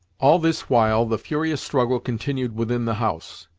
all this while the furious struggle continued within the house.